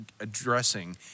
addressing